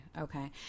okay